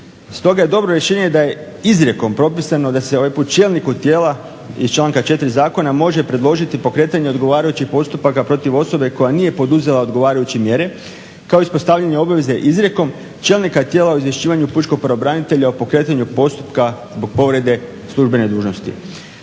Stoga je dobro rješenje da je izrijekom propisano da se ovaj put čelniku tijela iz članka 4. zakona može predložiti pokretanje odgovarajućih postupaka protiv osobe koja nije poduzela odgovarajuće mjere kao i ispostavljanje obaveze izrijekom čelnika tijela o izvješćivanju pučkog pravobranitelja o pokretanju postupka zbog povrede službene dužnosti.